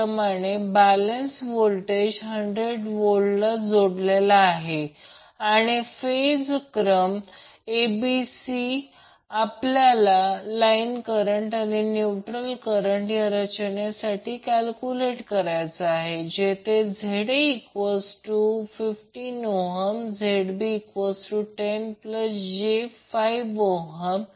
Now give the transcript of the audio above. पुढे तोच वॅटमीटर वापरून रिअक्टिव पॉवरचे मोजमाप करायचे आहे म्हणजे तोच वॅटमीटर वापरून रिअक्टिव पॉवरचे मोजमाप करा